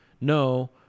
no